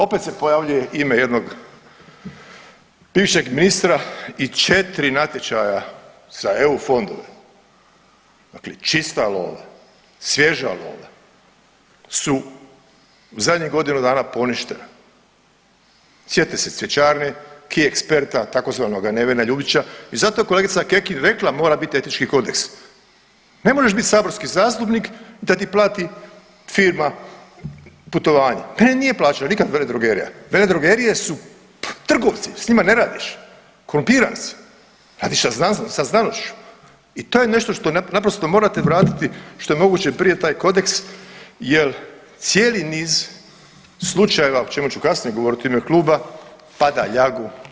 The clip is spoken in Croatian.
Opet se pojavljuje ime jednog bivšeg ministra i 4 natječaja za eu fondove, dakle čista lova, svježa lova su u zadnjih godinu dana poništena, sjeti se cvjećarni, Ki experta tzv. Nevena Ljubića i zato je kolegica Kekin rekla mora bit etički kodeks, ne moraš bit saborski zastupnik da ti plati firma putovanje, meni nije plaćala nikakva veledrogerija, veledrogerije su trgovci, s njima ne radiš, korumpiran si, radiš sa znanošću i to je nešto što naprosto morate vratiti što je moguće prije taj kodeks jel cijeli niz slučajeva o čemu ću kasnije govoriti u ime kluba pada ljagu na ministarstvo.